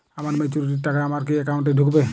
আমার ম্যাচুরিটির টাকা আমার কি অ্যাকাউন্ট এই ঢুকবে?